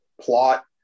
plot